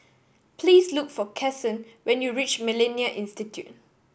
please look for Cason when you reach Millennia Institute